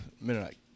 midnight